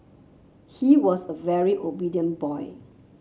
he was a very obedient boy